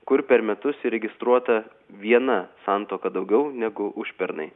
kur per metus įregistruota viena santuoka daugiau negu užpernai